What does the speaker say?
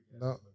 No